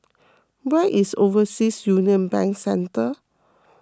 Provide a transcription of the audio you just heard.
where is Overseas Union Bank Centre